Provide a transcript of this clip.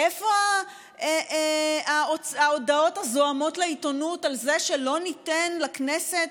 איפה ההודעות הזועמות לעיתונות על זה שלא ניתן לכנסת,